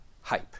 hype